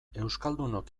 euskaldunok